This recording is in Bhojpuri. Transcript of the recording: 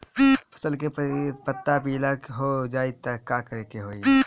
फसल के पत्ता पीला हो जाई त का करेके होई?